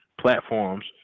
platforms